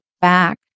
back